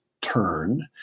turn